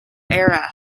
era